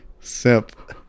simp